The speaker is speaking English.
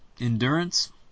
Endurance